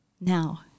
now